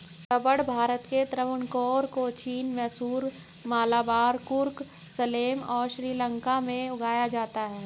रबड़ भारत के त्रावणकोर, कोचीन, मैसूर, मलाबार, कुर्ग, सलेम और श्रीलंका में उगाया जाता है